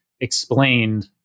explained